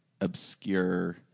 obscure